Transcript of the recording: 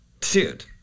Dude